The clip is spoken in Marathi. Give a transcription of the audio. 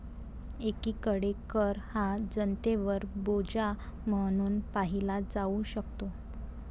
एकीकडे कर हा जनतेवर बोजा म्हणून पाहिला जाऊ शकतो